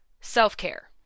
self-care